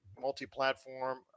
multi-platform